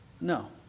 No